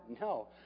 No